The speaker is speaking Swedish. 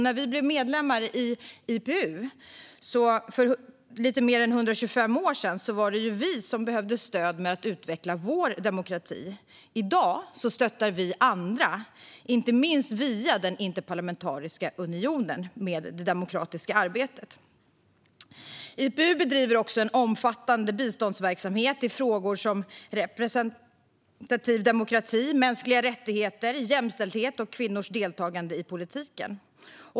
När vi blev medlem i IPU för lite mer än 125 år sedan var det vi som behövde stöd med att utveckla vår demokrati. I dag stöttar vi andra i det demokratiska arbetet, inte minst via Interparlamentariska unionen. IPU bedriver också en omfattande biståndsverksamhet i frågor som representativ demokrati, mänskliga rättigheter, jämställdhet och kvinnors deltagande i politiken.